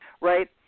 right